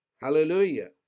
Hallelujah